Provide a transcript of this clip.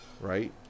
Right